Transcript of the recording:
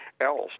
else